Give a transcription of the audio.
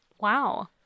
Wow